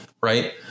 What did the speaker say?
right